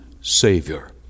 Savior